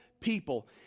people